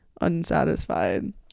unsatisfied